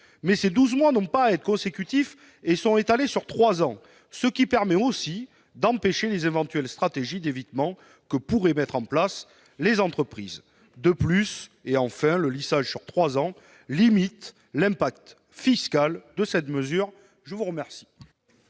mais ces douze mois n'ont pas à être consécutifs et sont étalés sur trois ans, ce qui permet aussi d'empêcher les éventuelles stratégies d'évitement que pourraient mettre en place les entreprises. De plus, et enfin, le lissage sur trois ans limite l'incidence fiscale de cette mesure. L'amendement